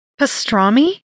Pastrami